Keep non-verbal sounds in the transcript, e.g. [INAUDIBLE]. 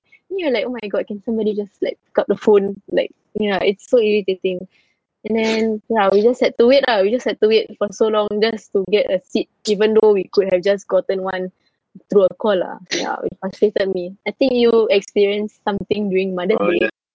and you are like oh my god can somebody just like pick up the phone like ya it's so irritating [BREATH] and then ya we just had to wait ah we just had to wait for so long just to get a seat even though we could have just gotten one [BREATH] through a call lah ya they frustrated me I think you experienced something during mother's day